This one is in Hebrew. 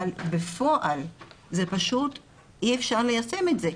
אבל בפועל פשוט אי אפשר ליישם את זה.